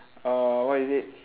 uh what is it